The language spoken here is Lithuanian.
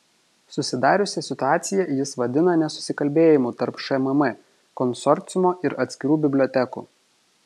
susidariusią situaciją jis vadina nesusikalbėjimu tarp šmm konsorciumo ir atskirų bibliotekų